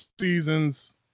seasons